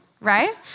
right